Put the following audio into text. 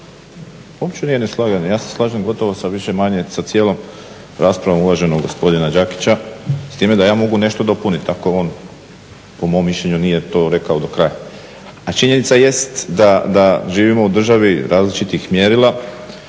uopće nije neslaganje. Ja se slažem gotovo više-manje sa cijelom raspravom uvaženog gospodina Đakića, s time da ja mogu nešto dopuniti ako on po mom mišljenju nije to rekao do kraja. A činjenica jest da živimo u državi različitih mjerila